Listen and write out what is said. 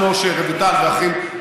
כמו שרויטל ואחרים,